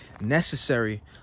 necessary